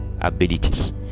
abilities